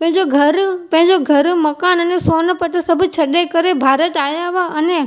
पंहिंजो घरु पंहिंजो घरु मकान अने सोन पटि सभु छॾे करे भारत आया हुआ अने